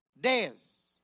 days